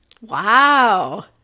Wow